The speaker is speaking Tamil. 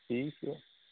டீசியா